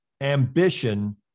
ambition